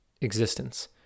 existence